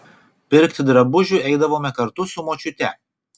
pirkti drabužių eidavome kartu su močiute